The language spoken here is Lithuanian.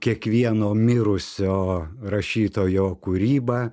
kiekvieno mirusio rašytojo kūryba